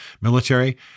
military